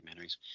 documentaries